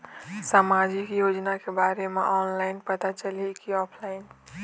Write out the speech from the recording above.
सामाजिक योजना के बारे मा ऑनलाइन पता चलही की ऑफलाइन?